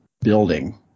building